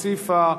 הוסיפה,